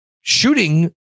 shooting